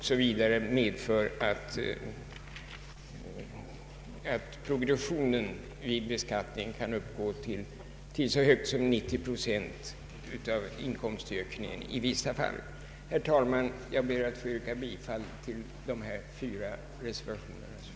medför att progressionen vid beskattningen i vissa fall kan uppgå till så mycket som 90 procent av inkomstökningen. Herr talman! Jag ber att få yrka bifall till dessa fyra reservationer.